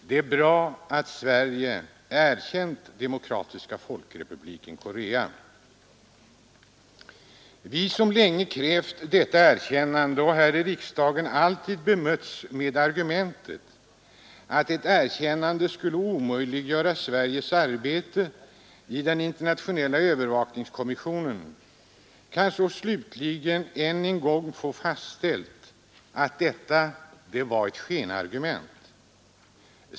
Det är bra att Sverige erkänt Demokratiska folkrepubliken Korea, Vi som länge krävt detta erkännande och här i riksdagen alltid bemötts med argumentet att ett erkännande skulle omöjliggöra Sveriges arbete i den internationella övervakningskommissionen kan så slutligen än en gång få fastställt att detta var ett skenargument.